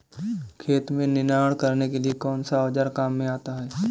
खेत में निनाण करने के लिए कौनसा औज़ार काम में आता है?